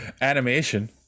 animation